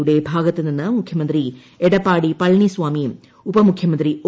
യുടെ ഭാഗത്തു നിന്ന് മുഖ്യമന്ത്രി എടപ്പാടി പളനിസ്വാമിയും ഉപമുഖ്യമന്ത്രി ഒ